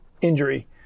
injury